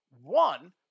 One